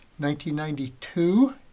1992